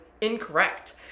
incorrect